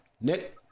nick